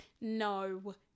No